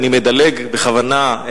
ואני מדלג בכוונה,